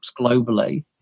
globally